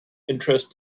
interest